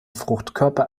fruchtkörper